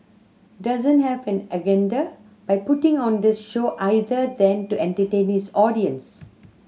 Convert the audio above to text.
doesn't have an agenda by putting on this show either than to entertain his audience